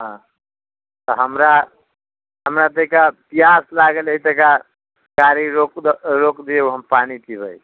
हाँ तऽ हमरा हमरा तनिका पियास लागल अइ तनिका गाड़ी रोकि रोकि दियौ हम पानि पिबै